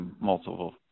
multiple